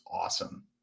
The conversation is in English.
awesome